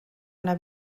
una